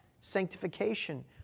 sanctification